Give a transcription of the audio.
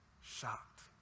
shocked